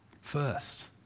first